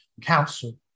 council